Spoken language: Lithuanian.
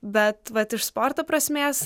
bet vat iš sporto prasmės